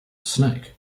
snake